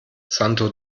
santo